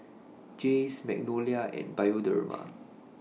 Jays Magnolia and Bioderma